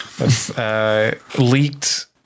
Leaked